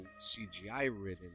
CGI-ridden